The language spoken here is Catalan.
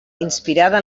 inspirada